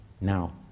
Now